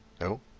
No